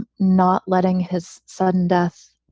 not letting his sudden death,